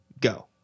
go